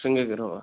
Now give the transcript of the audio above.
शृङ्गगिरौ वा